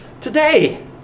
today